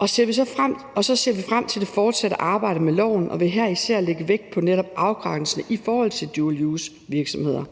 Vi ser frem til det fortsatte arbejde med lovforslaget og vil her især lægge vægt på afgrænsningen i forhold til dual use-virksomheder.